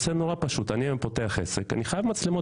אם אני היום פותח עסק אני חייב מצלמות